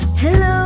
Hello